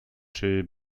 czy